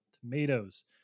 Tomatoes